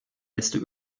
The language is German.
letzte